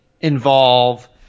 involve